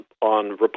on